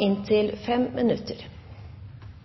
en grundig og